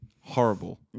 horrible